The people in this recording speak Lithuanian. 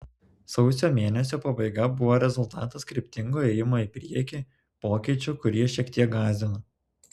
sausio mėnesio pabaiga buvo rezultatas kryptingo ėjimo į priekį pokyčių kurie šiek tiek gąsdino